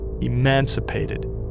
emancipated